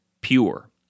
pure